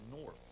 North